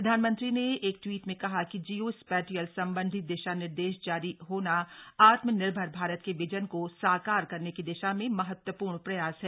प्रधानमंत्री ने एक ट्वीट में कहा कि जियो स्पैटियल संबंधी दिशा निर्देश जारी होना आत्मनिर्भर भारत के विजन को साकार करने की दिशा में महत्वप्र्ण प्रयास है